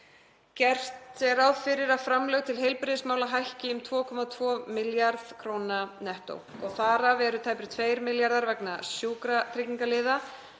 Gert ráð fyrir að framlög til heilbrigðismála hækki um 2,2 milljarða kr. nettó, þar af eru tæpir 2 milljarðar kr. vegna sjúkratryggingaliða.